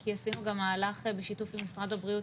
כי עשינו גם מהלך בשיתוף עם משרד הבריאות,